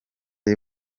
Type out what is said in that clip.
y’i